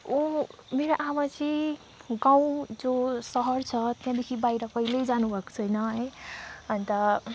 ओ मेरो आमा चाहिँ गाउँ जो सहर छ त्यहाँदेखि बाहिर कहिले जानुभएको छैन है अन्त